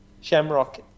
Shamrock